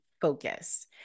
focus